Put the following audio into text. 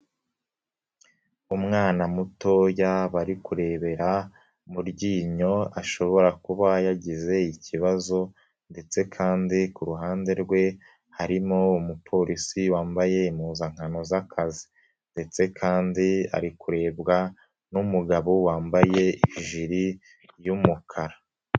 Umwana mutoya bari kurebera mu ryinyo, ashobora kuba yagize ikibazo ndetse kandi ku ruhande rwe hari umupolisi wambaye impuzankano z'akazi. Ndetse kandi ari kurebwa n'umugabo wambaye ijiri y'umukara.